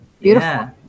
Beautiful